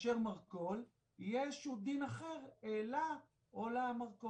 מאשר מרכול, יהיה איזה שהוא דין אחר לה או למרכול.